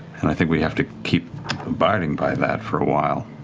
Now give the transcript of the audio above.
and i think we have to keep abiding by that for a while.